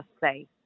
say